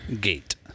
gate